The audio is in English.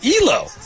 ELO